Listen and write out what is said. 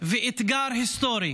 ואתגר היסטורי,